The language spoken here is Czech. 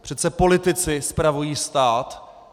Přece politici spravují stát.